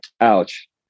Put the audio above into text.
ouch